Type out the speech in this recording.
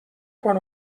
quan